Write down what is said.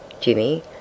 Jimmy